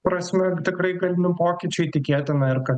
prasme tikrai galimi pokyčiai tikėtina ir kad